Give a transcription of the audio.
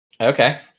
Okay